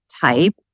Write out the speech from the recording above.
type